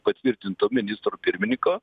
patvirtinto ministro pirminiko